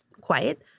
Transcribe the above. quiet